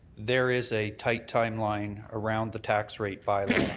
there is a tight time line around the tax rate bylaw.